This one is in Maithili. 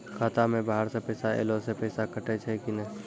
खाता मे बाहर से पैसा ऐलो से पैसा कटै छै कि नै?